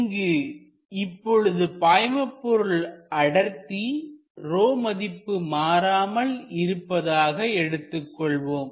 இங்கு இப்பொழுது பாய்மபொருள் அடர்த்தி ρ மதிப்பு மாறாமல் இருப்பதாக எடுத்துக்கொள்வோம்